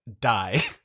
die